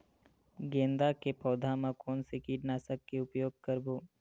गेंदा के पौधा म कोन से कीटनाशक के उपयोग करबो?